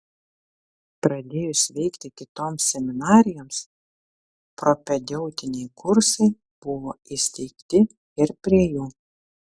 pradėjus veikti kitoms seminarijoms propedeutiniai kursai buvo įsteigti ir prie jų